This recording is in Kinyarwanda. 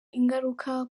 ingaruka